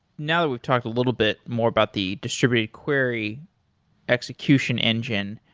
now we've talked a little bit more about the distributed query execution engine.